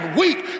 weak